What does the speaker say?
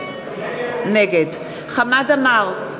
נגד חמד עמאר,